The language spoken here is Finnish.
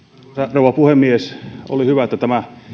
rouva puhemies oli hyvä että tämä